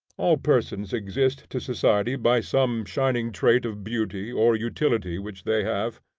all persons exist to society by some shining trait of beauty or utility which they have.